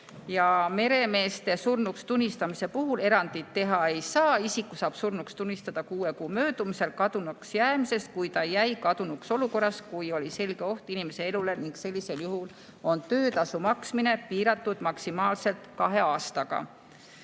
Ja meremeeste surnuks tunnistamise puhul erandeid teha ei saa. Isiku saab surnuks tunnistada kuue kuu möödumisel kadunuks jäämisest, kui ta jäi kadunuks olukorras, kui oli selge oht inimese elule. Sellisel juhul on töötasu maksmine piiratud maksimaalselt kahe aastaga. Ja